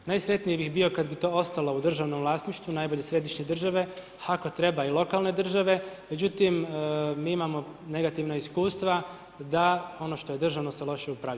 Najsretniji bih bio kad bi to ostalo u državnom vlasništvu, najbolje središnje države, ako treba i lokalne države, međutim mi imamo negativna iskustva da ono što je državno se loše upravlja.